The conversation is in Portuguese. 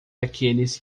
aqueles